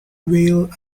veil